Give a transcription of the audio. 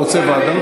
אתה רוצה ועדה?